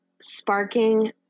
sparking